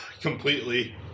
completely